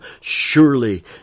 Surely